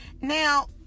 Now